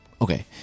Okay